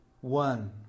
One